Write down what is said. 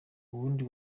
uwundi